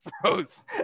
froze